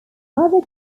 other